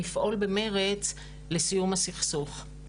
לפעול במרץ לסיום הסכסוך.